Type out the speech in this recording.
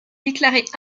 déclaré